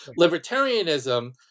libertarianism